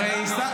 למה?